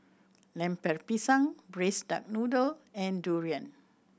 Lemper Pisang Braised Duck Noodle and durian